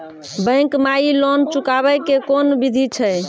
Bank माई loan चुकाबे के कोन बिधि छै?